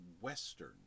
Western